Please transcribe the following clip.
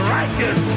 righteous